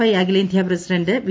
I അഖിലേന്ത്യാ president V